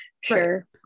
Sure